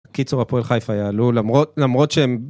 קיצור הפועל חיפה יעלו למרות למרות שהם